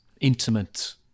intimate